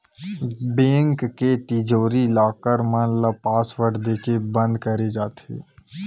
bank के तिजोरी, locker मन ल पासवर्ड देके बंद करे जाथे